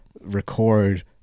record